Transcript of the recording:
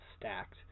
stacked